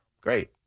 Great